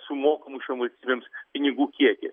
sumokamų šiom valstybėms pinigų kiekį